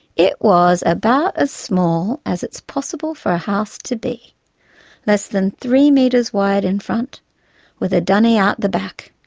it was about as small as it's possible for a house to be less than three metres wide in front with a dunny out the back.